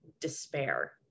despair